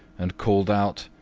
and called out,